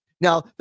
Now